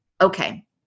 Okay